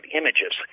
images